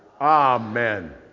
Amen